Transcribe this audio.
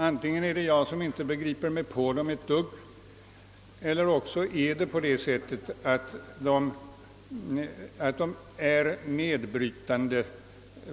Antingen är det jag som inte begriper mig på dessa program, eller också är programmen verkligen nedbrytande